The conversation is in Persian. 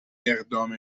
اقدام